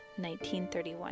1931